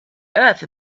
earth